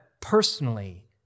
personally